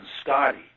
Scotty